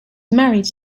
married